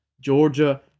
Georgia